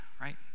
Right